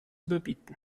überbieten